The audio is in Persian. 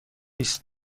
است